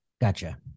Gotcha